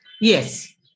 yes